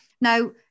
Now